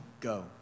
go